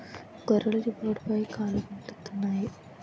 గొర్రెలు జబ్బు పడిపోయి కాలుగుంటెత్తన్నాయి